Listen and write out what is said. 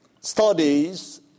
studies